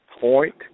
point